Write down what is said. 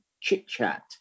chit-chat